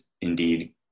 indeed